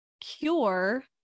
cure